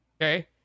Okay